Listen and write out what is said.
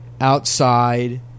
outside